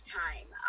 time